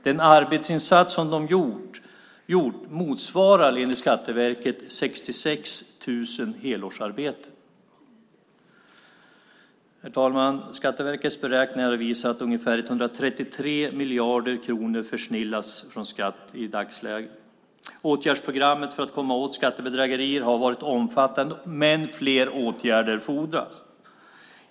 Den arbetsinsats som de har gjort motsvarar, enligt Skatteverket, 66 000 helårsarbeten. Herr talman! Skatteverkets beräkningar visar att ungefär 133 miljarder kronor i dagsläget försnillas från skatten. Åtgärdsprogrammet för att komma åt skattebedrägerier har varit omfattande, men fler åtgärder fordras.